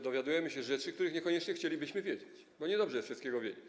Dowiadujemy się rzeczy, o których niekoniecznie chcielibyśmy wiedzieć, bo nie jest dobrze wszystko wiedzieć.